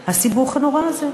הסיבוך הנורא הזה,